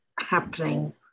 happening